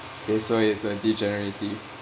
K so it's a degenerative